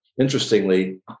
Interestingly